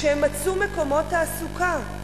כשהם מצאו מקומות תעסוקה.